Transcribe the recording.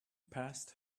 passed